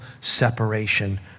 separation